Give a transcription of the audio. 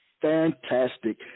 Fantastic